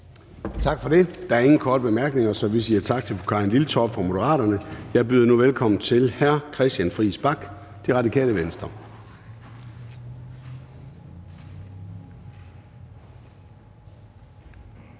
Tak for det. Der er ingen korte bemærkninger, så vi siger tak til fru Karin Liltorp fra Moderaterne. Jeg byder nu velkommen til hr. Christian Friis Bach, Radikale Venstre. Kl.